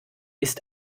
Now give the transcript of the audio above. ist